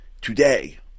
today